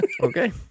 Okay